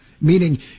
meaning